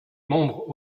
membres